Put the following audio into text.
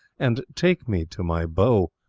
and take me to my bow.